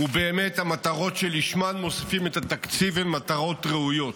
ובאמת המטרות שלשמן מוסיפים את התקציב הן מטרות ראויות.